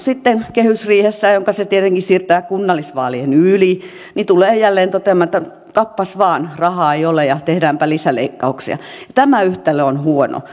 sitten kehysriihessään jonka se tietenkin siirtää kunnallisvaalien yli tulee jälleen toteamaan että kappas vaan rahaa ei ole ja tehdäänpä lisäleikkauksia tämä yhtälö on huono